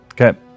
Okay